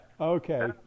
Okay